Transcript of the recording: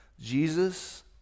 jesus